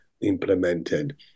implemented